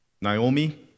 Naomi